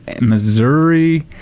Missouri